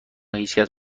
هیچکس